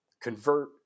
convert